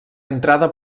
entrada